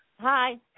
Hi